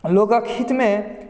लोकक हितमे